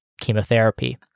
chemotherapy